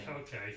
okay